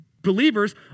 believers